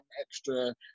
extra